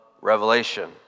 Revelation